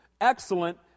excellent